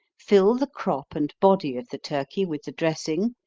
fill the crop and body of the turkey with the dressing,